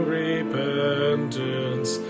repentance